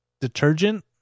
detergent